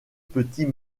petits